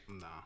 No